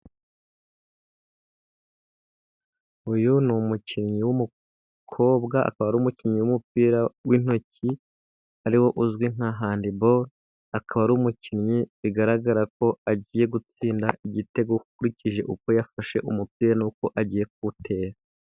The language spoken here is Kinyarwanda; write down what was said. Uyu ni umukinnyi w'umukobwa, akaba ari umukinnyi w'umupira w'intoki, ariwe uzwi nka handi bolo, akaba ari umukinnyi bigaragara ko agiye gutsinda igitego, ukurikije uko yafashe umupira, nuko agiye kuwutera.